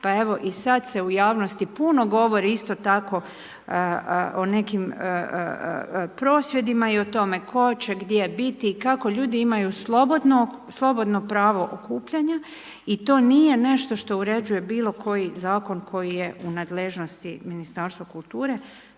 pa evo i sad se u javnosti puno govori isto tako o nekim prosvjedima i o tome tko će gdje biti i kako ljudi imaju slobodno pravo okupljanja i to nije nešto što uređuje bilokoji zakon koji je u nadležnosti Ministarstva kulture,